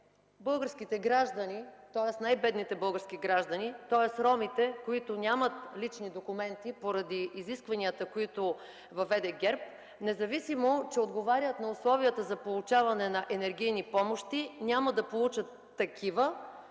българските граждани, тоест най-бедните български граждани, тоест ромите, които нямат лични документи поради изискванията, които въведе ГЕРБ, независимо че отговарят на условията за получаване на енергийни помощи, няма да получат такива